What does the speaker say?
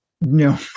no